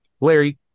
larry